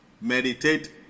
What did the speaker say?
Meditate